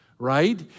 right